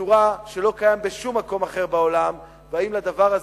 בצורה שלא קיימת בשום מקום אחר בעולם והאם לדבר הזה,